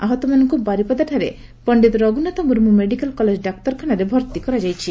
ଆହତମାନଙ୍କୁ ବାରିପଦାଠାରେ Pandit Raghunath Murmu medical college ଡାକ୍ତରଖାନାରେ ଭର୍ତି କରାଯାଇଛି